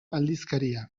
aldizkaria